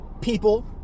people